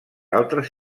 altres